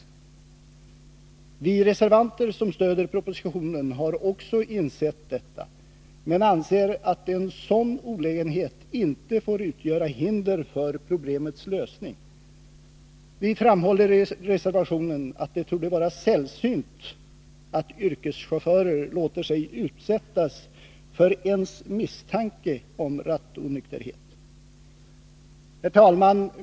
Vi reservanter, som stöder propositionen, har också insett detta men anser att en sådan olägenhet inte får utgöra hinder för problemets lösning. Vi framhåller i reservationen att det torde vara sällsynt att yrkeschaufförer ens låter sig utsättas för misstanke om rattonykterhet. Herr talman!